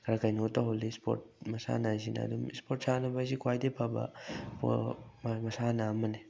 ꯈꯔ ꯀꯩꯅꯣ ꯇꯧꯍꯜꯂꯤ ꯏꯁꯄꯣꯔꯠ ꯃꯁꯥꯟꯅꯁꯤꯗ ꯑꯗꯨꯝ ꯏꯁꯄꯣꯔꯠ ꯁꯥꯟꯅꯕ ꯍꯥꯏꯁꯤ ꯈ꯭ꯋꯥꯏꯗꯒꯤ ꯐꯕ ꯃꯁꯥꯟꯅ ꯑꯃꯅꯤ